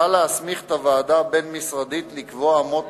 מוצע להסמיך את הוועדה הבין-משרדית לקבוע אמות